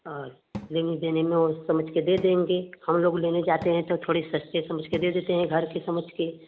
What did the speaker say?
और रिंग सेनेमी और उस समझ कर दे देंगे हम लोग लेने जाते हैं तो थोड़ी सस्ते समझ कर दे देते हैं घर के समझ कर